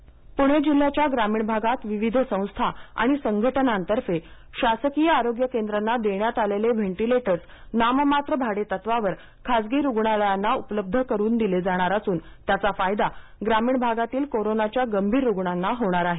ventilator Pune जिल्ह्याच्या ग्रामीण भागात विविध संस्था आणि संघटनांतर्फे शासकीय आरोग्य केंद्रांना देण्यात आलेले व्हेन्टिलेटर्स नाममात्र भाडेतत्वावर खासगी रुग्णालयांना उपलब्ध करून दिले जाणार असून त्याचा फायदा ग्रामीण भागातील कोरोनाच्या गभीर रुग्णांना होणार आहे